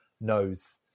knows